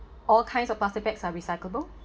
all kinds of plastic bags are recyclable